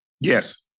Yes